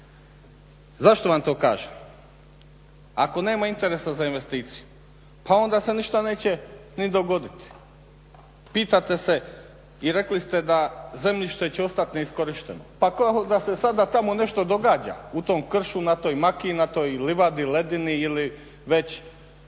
Zašto vam to kažem? Ako nema interesa za investiciju pa onda se ništa neće ni dogoditi. Pitate se i rekli ste da zemljište će ostat neiskorišteno. Pa kao da se sada tamo nešto događa u tom kršu, na toj makiji, na toj livadi, ledini ili već